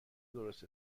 درست